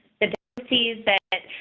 the disease, that,